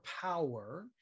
power